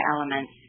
elements